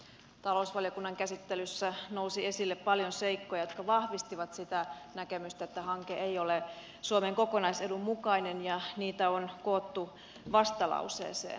talousvaliokunnan käsittelyssä nousi esille paljon seikkoja jotka vahvistivat sitä näkemystä että hanke ei ole suomen kokonaisedun mukainen ja niitä on koottu vastalauseeseen